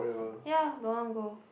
ya don't want go